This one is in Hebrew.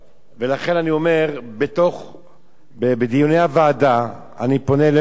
לכן אני אומר, בדיוני הוועדה, אני פונה אליך,